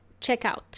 checkout